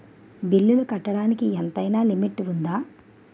బిల్లులు కట్టడానికి ఎంతైనా లిమిట్ఉందా?